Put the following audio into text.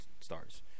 stars